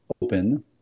open